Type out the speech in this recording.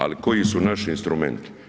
Ali koji su naši instrumenti?